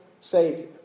Savior